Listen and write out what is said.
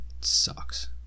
sucks